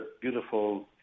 beautiful